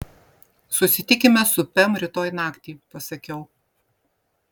susitikime su pem rytoj naktį pasakiau